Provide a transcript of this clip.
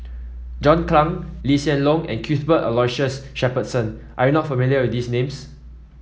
John Clang Lee Hsien Loong and Cuthbert Aloysius Shepherdson are you not familiar with these names